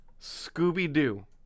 Scooby-Doo